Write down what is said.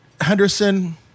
Henderson